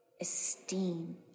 esteem